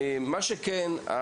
מה שכן,